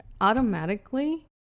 automatically